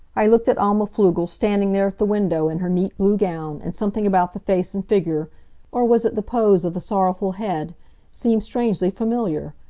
i looked at alma pflugel standing there at the window in her neat blue gown, and something about the face and figure or was it the pose of the sorrowful head seemed strangely familiar.